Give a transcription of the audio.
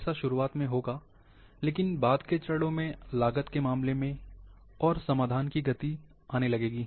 ऐसा शुरुआत में होगा लेकिन बाद के चरणों में लागत के मामले में और समाधानों की गति आने लगेगी